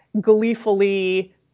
gleefully